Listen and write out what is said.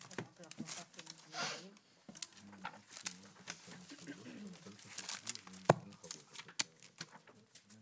הישיבה ננעלה בשעה 14:50.